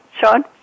Sean